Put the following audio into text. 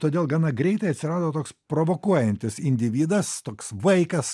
todėl gana greitai atsirado toks provokuojantis individas toks vaikas